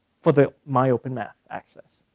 for the my open math access,